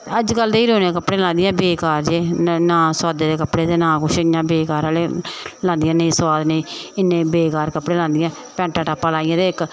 अज्जकल दियां हीरोइना कपड़े लांदियां बेकार जेह् नां सोआदे दे कपड़े ते नां कुछ इ'यां बेकार लांदियां नेईं सोआद नेईं इन्ने बेकार कपड़े लांदियां पैंट टापां लाइयै ते इक